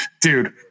Dude